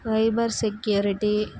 cybersecurity